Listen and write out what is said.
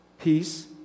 peace